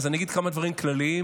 אני אגיד כמה דברים כלליים.